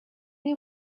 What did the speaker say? you